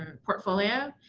and portfolio.